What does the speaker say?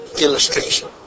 illustration